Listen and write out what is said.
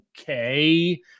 okay